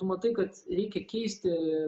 tu matai kad reikia keisti